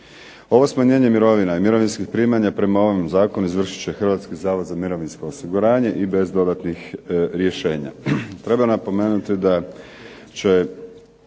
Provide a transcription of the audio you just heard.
Ovo smanjenje mirovina i mirovinskih primanja prema ovom zakonu izvršit će Hrvatski zavod za mirovinsko osiguranje i bez dodatnih rješenja.